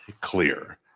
clear